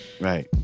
Right